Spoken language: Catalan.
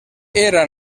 era